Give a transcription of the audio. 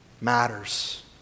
matters